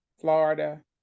Florida